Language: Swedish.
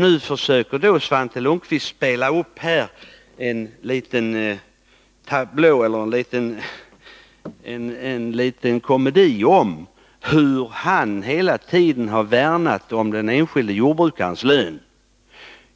Nu försöker Svante Lundkvist spela upp en liten komedi om hur han hela tiden har värnat om den enskilde jordbrukarens lön.